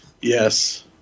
Yes